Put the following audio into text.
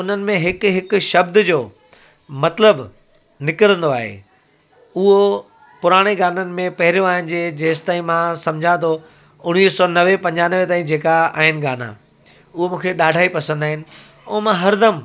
उन्हनि में हिकु हिकु शब्द जो मतिलबु निकिरंदो आहे उहो पुराणे गाननि में पहिरियों आहे जे जेसिताईं मां सम्झां थो उणिवीह सौ नवे पंजानवे ताईं जेका आहिनि गाना उहो मूंखे ॾाढा ई पसंदि आहिनि ऐं मां हरदमि